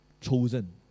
chosen